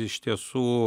iš tiesų